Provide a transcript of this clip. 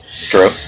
True